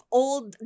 old